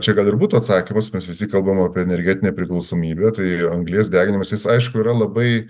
čia gal ir būtų atsakymas mes visi kalbam apie energetinę priklausomybę tai anglies deginimas jis aišku yra labai